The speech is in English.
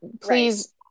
please